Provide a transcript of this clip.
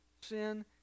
sin